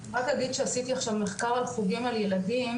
אני רק אגיד שעשיתי עכשיו מחקר על חוגים על ילדים,